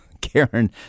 Karen